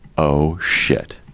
oh, shit,